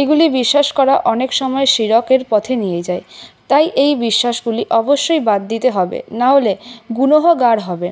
এগুলি বিশ্বাস করা অনেক সময় পথে নিয়ে যায় তাই এই বিশ্বাসগুলি অবশ্যই বাদ দিতে হবে না হলে গুনহগার হবে